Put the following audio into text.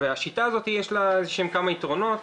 השיטה הזאת, יש לה כמה יתרונות.